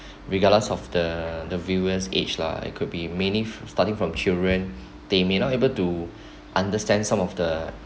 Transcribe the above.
regardless of the the viewers age lah it could be meaning starting from children they may not be able to understand some of the